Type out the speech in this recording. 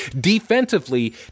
defensively